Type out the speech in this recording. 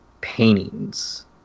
paintings